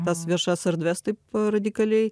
tas viešas erdves taip radikaliai